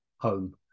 home